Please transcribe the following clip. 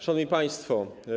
Szanowni Państwo!